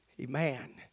amen